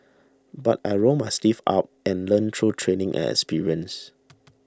but I rolled my sleeves up and learnt through training and experience